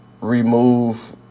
remove